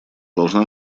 должна